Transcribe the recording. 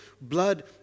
blood